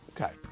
Okay